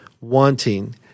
wanting